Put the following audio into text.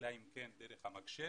אלא אם כן דרך המחשב,